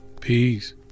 Peace